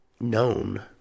known